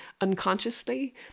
unconsciously